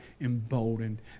emboldened